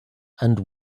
and